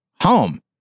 home